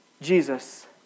Jesus